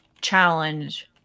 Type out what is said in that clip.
challenge